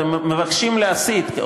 שאתם מבקשים להסית.